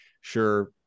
sure